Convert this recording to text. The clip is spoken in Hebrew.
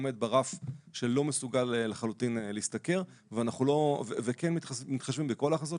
עומד ברף שלא מסוגל לחלוטין להשתכר וכן מתחשבים בכל ההכנסות